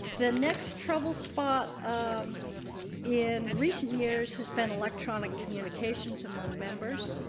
the next trouble spot. um in recent years, he spent electronic communications among members.